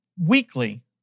weekly